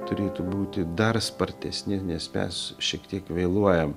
turėtų būti dar spartesni nes mes šiek tiek vėluojam